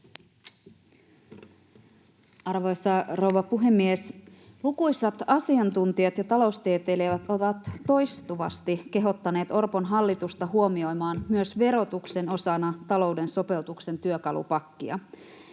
Arvoisa rouva puhemies! Lukuisat asiantuntijat ja taloustieteilijät ovat toistuvasti kehottaneet Orpon hallitusta huomioimaan myös verotuksen osana talouden sopeutuksen työkalupakkia.